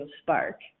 spark